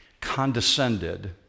condescended